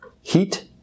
heat